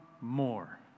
more